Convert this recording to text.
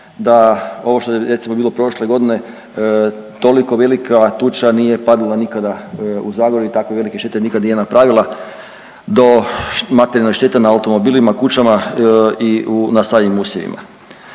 da ovo što je recimo bilo prošle godine toliko velika tuča nije padala nikad u Zagorju i takve velike štete nikad nije napravila do materijalne štete na automobilima, kućama i na samim usjevima.